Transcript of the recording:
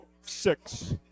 six